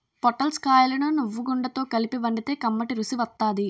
పొటల్స్ కాయలను నువ్వుగుండతో కలిపి వండితే కమ్మటి రుసి వత్తాది